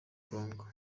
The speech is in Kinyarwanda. congo